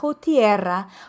tierra